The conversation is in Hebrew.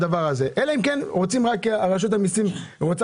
אלא אם כן רשות המיסים רק רוצה